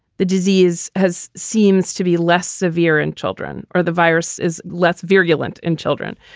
the disease has seems to be less severe in children or the virus is less virulent in children.